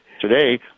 Today